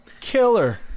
killer